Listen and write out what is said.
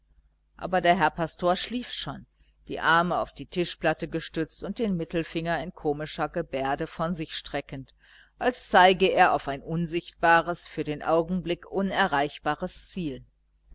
aber der pastor schlief schon die arme auf die tischplatte gestützt und den mittelfinger in komischer gebärde von sich streckend als zeige er auf ein unsichtbares für den augenblick unerreichbares ziel